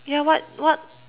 yeah what what